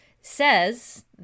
says